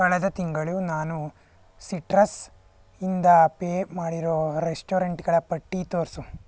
ಕಳೆದ ತಿಂಗಳು ನಾನು ಸಿಟ್ರಸ್ ಇಂದ ಪೇ ಮಾಡಿರೋ ರೆಸ್ಟೊರಂಟ್ಗಳ ಪಟ್ಟಿ ತೋರಿಸು